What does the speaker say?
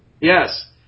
Yes